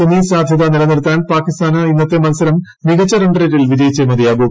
semi സാധ്യത നില നിർത്താൻ പാകിസ്ഥാന് ഇന്നത്തെ മത്സരം മികച്ച റൺറേറ്റിൽ വിജയിച്ചേ മതിയാകൂ